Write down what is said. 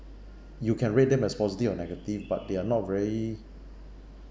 you can rate them as positive or negative but they are not very